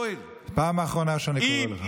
פעם אחרונה שאני קורא לך.